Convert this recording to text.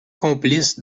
complice